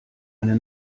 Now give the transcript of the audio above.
eine